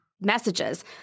messages